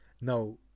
Now